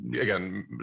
again